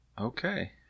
Okay